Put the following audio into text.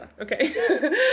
okay